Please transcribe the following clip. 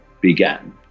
began